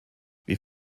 wie